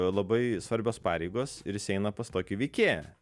labai svarbios pareigos ir jis eina pas tokį veikėją